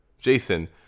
jason